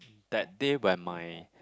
that day when my